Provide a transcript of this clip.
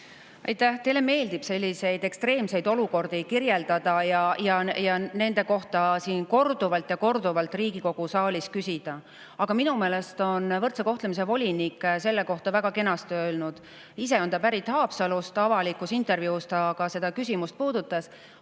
Teile meeldib selliseid ekstreemseid olukordi kirjeldada ja nende kohta korduvalt ja korduvalt siin Riigikogu saalis küsida, aga minu meelest on võrdse kohtlemise volinik selle kohta väga kenasti öelnud. Ise on ta pärit Haapsalust, avalikus intervjuus ta seda küsimust puudutas.